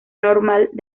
normal